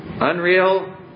unreal